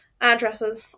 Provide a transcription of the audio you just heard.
Addresses